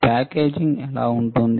packaging ఎలా ఉంటుంది